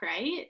right